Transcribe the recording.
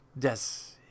Yes